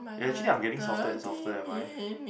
eh actually I'm getting softer and softer am I